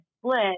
split